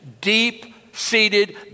deep-seated